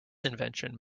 invention